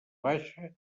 baixa